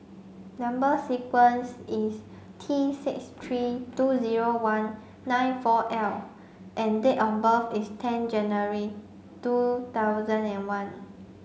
number sequence is T six three two zero one nine four L and date of birth is ten January two thousand and one